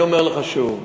אני אומר לך שוב.